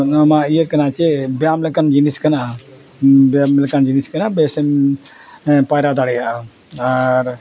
ᱱᱚᱣᱟᱢᱟ ᱤᱭᱟᱹ ᱠᱟᱱᱟ ᱥᱮ ᱵᱮᱭᱟᱢ ᱞᱮᱠᱟᱱ ᱡᱤᱱᱤᱥ ᱠᱟᱱᱟ ᱵᱮᱭᱟᱢ ᱞᱮᱠᱟᱱ ᱡᱤᱱᱤᱥ ᱠᱟᱱᱟ ᱵᱮᱥᱮᱢ ᱯᱟᱭᱨᱟ ᱫᱟᱲᱮᱭᱟᱜᱼᱟ ᱟᱨ